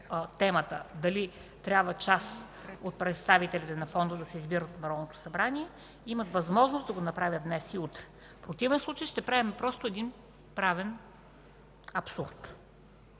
темата дали трябва част от представителите на Фонда да се избират от Народното събрание, имат възможност да го направят днес и утре. В противен случай ще правим просто един правен абсурд.